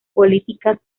políticas